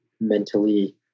mentally